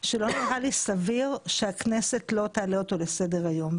שלא נראה לי סביר שהכנסת לא תעלה אותו לסדר היום,